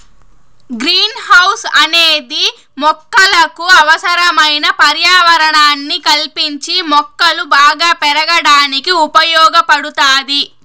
green house అనేది మొక్కలకు అవసరమైన పర్యావరణాన్ని కల్పించి మొక్కలు బాగా పెరగడానికి ఉపయోగ పడుతాది